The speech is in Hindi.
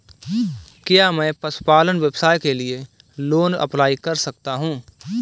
क्या मैं पशुपालन व्यवसाय के लिए लोंन अप्लाई कर सकता हूं?